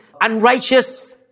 unrighteous